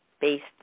based